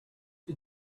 the